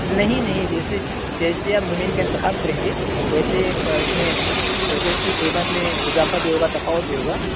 نہیں نہیں جیسے جیسے آپ زمین کا انتخاب کریں گے ویسے اس میں ویسے اس کی قیمت میں اضافہ بھی ہوگا تفاوت بھی ہوگا